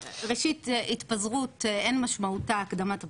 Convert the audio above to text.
ראשית, התפזרות, אין משמעותה הקדמת הבחירות.